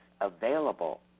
available